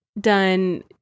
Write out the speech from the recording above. done